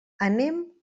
anem